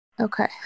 Okay